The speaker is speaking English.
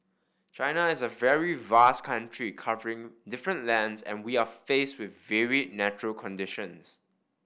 China is a very vast country covering different lands and we are faced with varied natural conditions